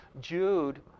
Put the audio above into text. Jude